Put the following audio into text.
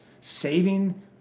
saving